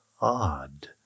odd